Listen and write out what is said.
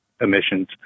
emissions